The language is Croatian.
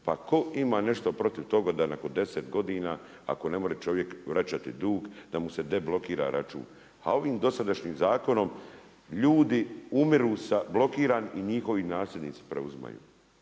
Pa tko ima nešto protiv toga da nakon 10 godina ako ne može čovjek vraćati dug da mu se deblokira račun. A ovim dosadašnjim zakonom ljudi umiru blokirani i njihovi nasljednici preuzimaju